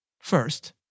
First